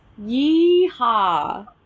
Yeehaw